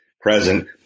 present